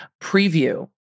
preview